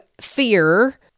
fear